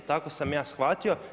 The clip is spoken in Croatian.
Tako sam ja shvatio.